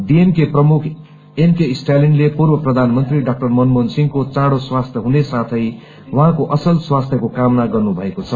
DMK प्रमुख MK स्टालिनले पूर्व प्रधानमन्त्री डा मनमोहन सिंह चाड़ो स्वस्थ हुन साथै उहाँको असल स्वस्थको कामना गर्नुभएको छ